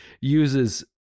uses